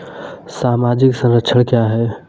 सामाजिक संरक्षण क्या है?